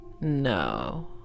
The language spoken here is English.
no